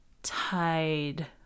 tide